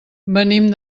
venim